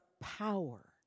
power